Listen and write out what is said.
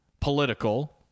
political